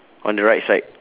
on the right side